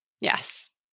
Yes